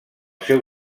seu